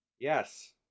Yes